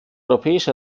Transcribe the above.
europäische